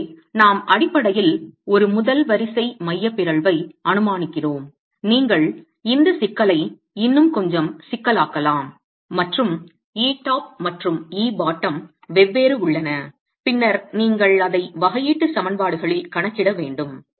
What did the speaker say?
எனவே நாம் அடிப்படையில் ஒரு முதல் வரிசை மைய பிறழ்வை அனுமானிக்கிறோம் நீங்கள் இந்த சிக்கலை இன்னும் கொஞ்சம் சிக்கலாக்கலாம் மற்றும் etop மற்றும் ebottom வெவ்வேறு உள்ளன பின்னர் நீங்கள் அதை வகையீட்டு சமன்பாடுகளில் கணக்கிட வேண்டும்